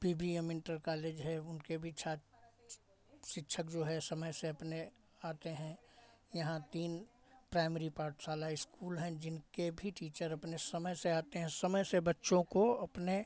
B B M inter college है उनके भी छात्र शिक्षक जो है समय से अपने आते हैं यहाँ तीन प्राइमरी पाठशाला इस्कूल हैं जिनके भी टीचर अपने समय से आते हैं औ समय से बच्चों को अपने